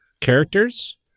characters